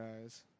guys